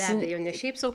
be abejo ne šiaip sau